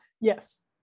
Yes